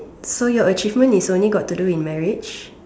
so your achievement is only got to do marriage